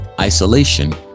isolation